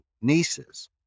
nieces